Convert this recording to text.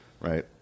right